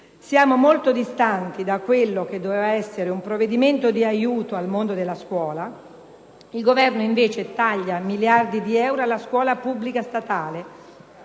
Siamo molto distanti da quello che doveva essere un provvedimento di aiuto al mondo della scuola; il Governo taglia miliardi di euro alla scuola pubblica statale,